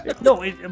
No